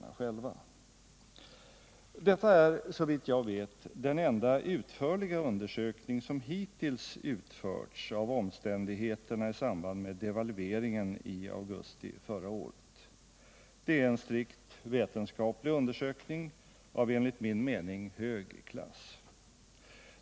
| Detta är, såvitt jag vet, den enda utförliga undersökning som hittills utförts av omständigheterna i samband med devalveringen i augusti förra året. Det är en strikt vetenskaplig undersökning av enligt min mening hög klass.